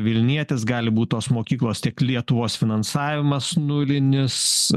vilnietis gali būt tos mokyklos tiek lietuvos finansavimas nulinis